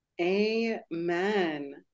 Amen